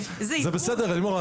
זה בסדר לימור,